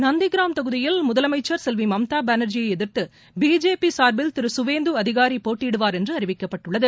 நந்திகிராம் தொகுதியில் முதலமைச்சர் செல்வி மம்தா பானர்ஜியை எதிர்த்து பிஜேபி சார்பில் திரு சுவேந்து அதிகாரி போட்டியிடுவார் என்று அறிவிக்கப்பட்டுள்ளது